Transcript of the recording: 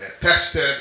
tested